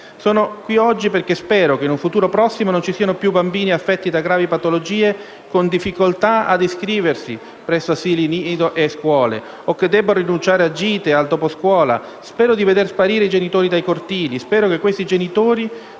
Sono qui oggi perché spero che in un futuro prossimo non ci siano più bambini affetti da gravi patologie con difficoltà ad iscriversi presso asili, nidi e scuole, o che debbano rinunciare a gite e doposcuola; spero di veder sparire i genitori dai cortili e spero che questi genitori